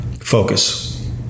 focus